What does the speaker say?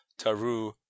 Taru